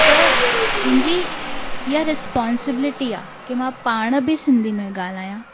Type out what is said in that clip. त मुंहिंजी इहा रिसपोंसिबिलिटी आहे की मां पाण बि सिंधी में ॻाल्हायां